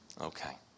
Okay